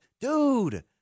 dude